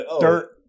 dirt